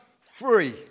free